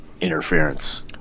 interference